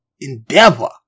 endeavor